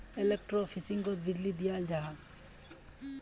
एलेक्ट्रोफिशिंगोत बीजली दियाल जाहा